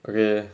okay